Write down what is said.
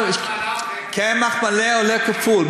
קמח מלא עולה כפול.